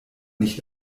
nicht